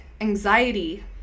anxiety